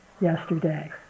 yesterday